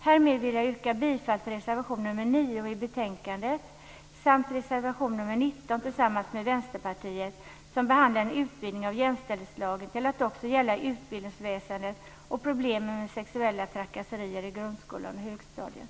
Härmed vill jag yrka bifall till reservation nr 9 till betänkandet samt reservation nr 19 tillsammans med Vänsterpartiet, som behandlar en utvidgning av jämställdhetslagen till att också gälla utbildningsväsendet och problemen med sexuella trakasserier i grundskolan och i högstadiet.